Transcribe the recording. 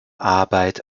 arbeit